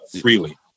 freely